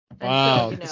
wow